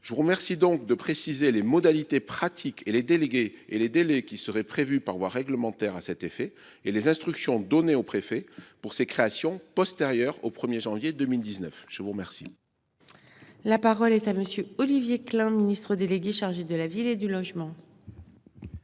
Je vous remercie donc de préciser les modalités pratiques et les délégués et les délais qui serait prévu par voie réglementaire à cet effet et les instructions données aux préfets pour ses créations postérieure au 1er janvier 2019. Je vous remercie. La parole est à monsieur Olivier Klein, Ministre délégué chargé de la ville et du logement.